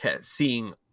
seeing